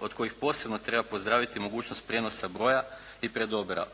od kojih posebno treba pozdraviti mogućnost prijenosa broja i predodabira